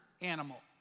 animal